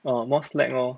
orh not slack orh